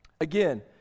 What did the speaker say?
Again